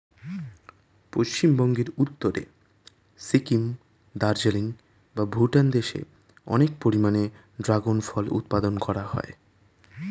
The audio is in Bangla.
পশ্চিমবঙ্গের উত্তরে সিকিম, দার্জিলিং বা ভুটান দেশে অনেক পরিমাণে ড্রাগন ফল উৎপাদন করা হয়